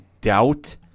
doubt